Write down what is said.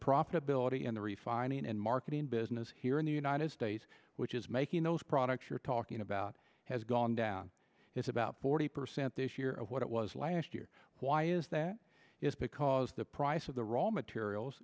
profitability in the refining and marketing business here in the united states which is making those products you're talking about has gone down it's about forty percent this year of what it was last year why is that is because the price of the raw materials